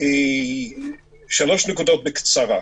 שלוש נקודות בקצרה.